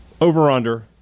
Over-under